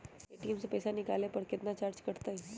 ATM से पईसा निकाले पर पईसा केतना चार्ज कटतई?